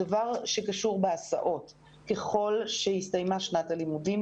הדבר שקשור בהסעות - ככל שהסתיימה שנת הלימודים,